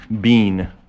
bean